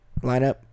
lineup